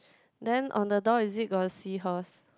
then on the door is it got seahorse